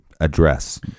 address